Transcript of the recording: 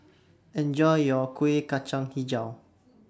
Enjoy your Kueh Kacang Hijau